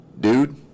dude